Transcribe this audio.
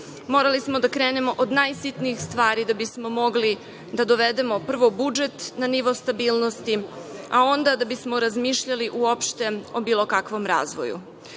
Morali smo da krenemo od najsitnijih stvari da bismo mogli da dovedemo prvo budžet na nivo stabilnosti, a onda da bismo razmišljali uopšte o bilo kakvom razvoju